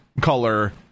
color